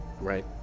right